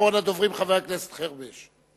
אחרון הדוברים הוא חבר הכנסת חרמש.